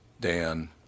Dan